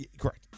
Correct